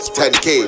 10k